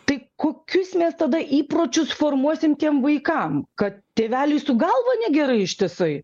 tai kokius mes tada įpročius formuosim tiem vaikam kad tėveliui su galva negerai ištisai